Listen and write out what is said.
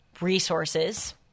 resources